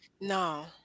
no